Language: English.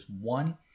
one